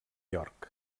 york